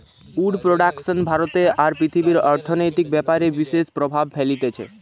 would production ভারতে আর পৃথিবীর অর্থনৈতিক ব্যাপারে বিশেষ প্রভাব ফেলতিছে